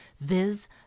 viz